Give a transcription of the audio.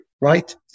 right